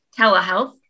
telehealth